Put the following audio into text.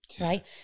right